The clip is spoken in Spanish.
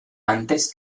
antes